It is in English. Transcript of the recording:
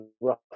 rough